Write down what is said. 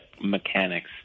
mechanics